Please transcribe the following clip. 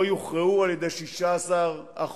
לא יוכרעו על-ידי 16%